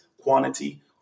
quantity